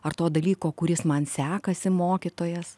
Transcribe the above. ar to dalyko kuris man sekasi mokytojas